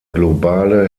globale